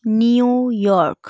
New York